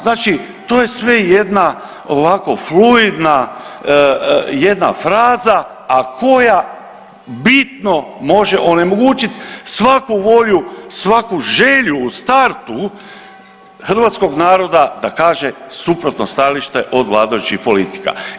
Znači to je sve jedna ovako fluidna, jedna fraza, a koja bitno može onemogućit svaku volju, svaku želju u startu hrvatskog naroda da kaže suprotno stajalište od vladajućih politika.